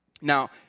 Now